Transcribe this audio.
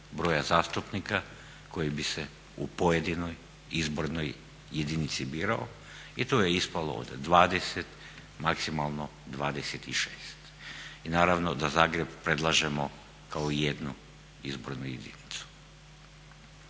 broja zastupnika koji bi se u pojedinoj izbornoj jedinici birao i to je ispalo od 20 maksimalno 26. I naravno da Zagreb predlažemo kao jednu izbornu jedinicu.